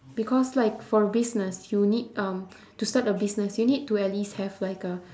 because like for business you need um to start a business you need to at least have like a